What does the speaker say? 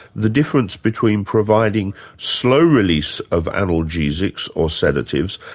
the difference between providing slow release of analgesics or sedatives,